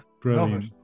brilliant